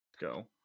Go